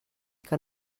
que